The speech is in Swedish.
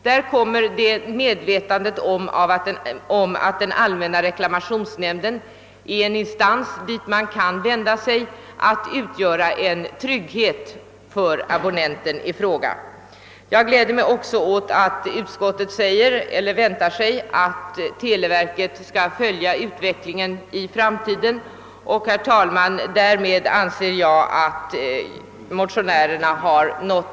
Där kommer medvetandet om den allmänna reklamationsnämndens existens att kännas betryggande, ty det vore i så fall en instans dit abonnenten i fråga kunde vända sig. Jag gläder mig också åt att utskottet säger sig förvänta att televerket i framtiden skall följa utvecklingen. Därmed anser jag, herr talman, att motionärerna nått en stor del av sitt syfte med motionen. I propositionen föreslås regler som klarlägger hur <studiemedelsavgifter skall behandlas i skattehänseende. Reglerna innebär att avdrag inte skall få göras vid inkomsttaxeringen för sådana avgifter.